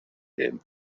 him